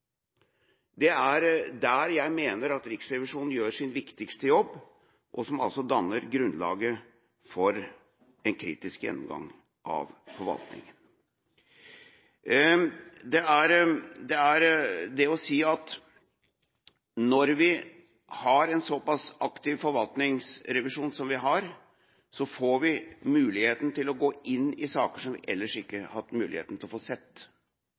Det er der jeg mener at Riksrevisjonen gjør sin viktigste jobb, og det danner grunnlaget for en kritisk gjennomgang av forvaltninga. Når vi har en såpass aktiv forvaltningsrevisjon som vi har, får vi muligheten til å gå inn i saker som vi ellers ikke ville hatt muligheten til å få sett.